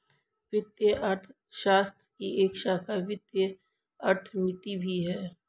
वित्तीय अर्थशास्त्र की एक शाखा वित्तीय अर्थमिति भी है